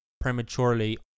prematurely